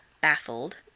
Baffled